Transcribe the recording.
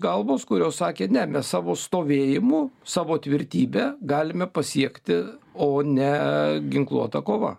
galvos kurios sakė ne mes savo stovėjimu savo tvirtybę galime pasiekti o ne ginkluota kova